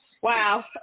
Wow